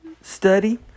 study